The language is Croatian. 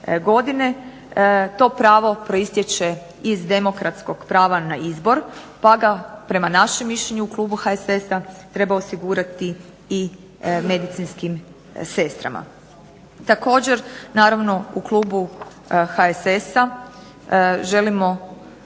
godine. To pravo proistječe iz demokratskog prava na izbor pa ga, prema našem mišljenju u klubu HSS-a, treba osigurati i medicinskim sestrama. Također, naravno u klubu HSS-a želimo